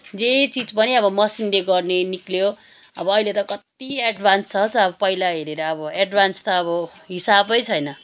जे चिज पनि अब मसिनले गर्ने निक्ल्यो अब अहिले त कति एडभान्स छ छ अब पहिला हेरेर अब एडभान्स त अब हिसाबै छैन